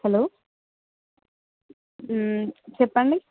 hello చెప్పండి